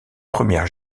premières